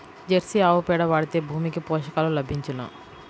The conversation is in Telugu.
జెర్సీ ఆవు పేడ వాడితే భూమికి పోషకాలు లభించునా?